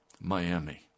Miami